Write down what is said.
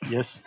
Yes